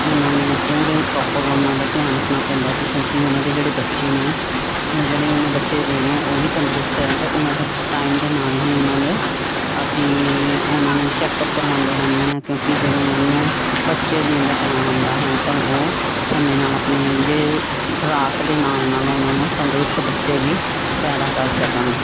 ਉਹਨਾਂ ਨੂੰ ਪੂਰੇ ਪ੍ਰੋਪਰ ਉਹਨਾਂ ਦਾ ਧਿਆਨ ਰੱਖਣਾ ਪੈਂਦਾ ਵੀ ਕਿਉਂਕਿ ਉਹਨਾਂ ਦੇ ਜਿਹੜੇ ਬੱਚੇ ਨੇ ਜਿਹੜੇ ਉਹਨਾਂ ਬੱਚੇ ਦੇਣੇ ਆ ਉਹ ਵੀ ਤੰਦਰੁਸਤ ਰਹਿੰਦੇ ਉਹਨਾਂ ਦਾ ਟਾਈਮ ਦੇ ਨਾਲ ਹੀ ਉਹਨਾਂ ਦਾ ਅਸੀਂ ਉਹਨਾਂ ਨੂੰ ਚੈਕਅਪ ਕਰਵਾਉਂਦੇ ਰਹਿੰਦੇ ਹਾਂ ਕਿਉਂਕਿ ਜਦੋਂ ਉਹਨੂੰ ਬੱਚੇ ਦੇਣ ਦਾ ਟਾਇਮ ਆਉਂਦਾ ਹੈ ਤਾਂ ਉਹ ਸਮੇਂ ਨਾਲ ਆਪਣੇ ਜੇ ਖੁਰਾਕ ਦੇ ਨਾਲ ਨਾਲ ਉਹਨਾਂ ਨੂੰ ਤੰਦਰੁਸਤ ਬੱਚੇ ਵੀ ਪੈਦਾ ਕਰ ਸਕਣ